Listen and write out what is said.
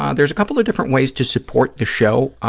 ah there's a couple of different ways to support the show.